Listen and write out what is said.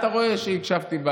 אתה רואה שהקשבתי.